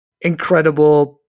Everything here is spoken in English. incredible